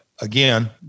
Again